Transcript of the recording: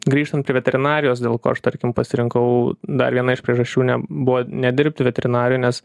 grįžtant prie veterinarijos dėl ko aš tarkim pasirinkau dar viena iš priežasčių ne buvo nedirbti veterinarijoj nes